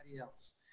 else